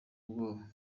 ubwoba